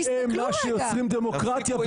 הם מה שיוצרים דמוקרטיה,